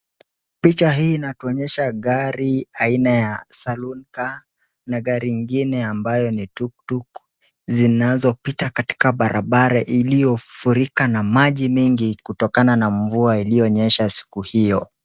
Picha hii inatuonyesha gari aina ya Salon Car na gari ingine ambayo ni TukTuk, zinazopita katika barabara iliyofurika na maji mengi, kutokana na mvua iliyonyesha siku hiyo.